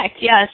yes